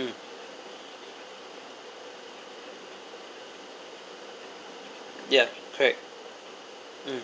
mm ya correct mm